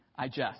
Digest